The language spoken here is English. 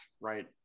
right